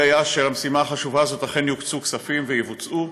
היה שלמשימה החשובה הזאת אכן יוקצו כספים ויבוצעו?